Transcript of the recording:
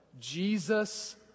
Jesus